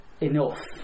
enough